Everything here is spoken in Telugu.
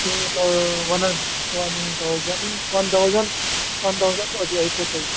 టు థౌ one and one thousand one thousand one thousand వరకు అయిపోతాయి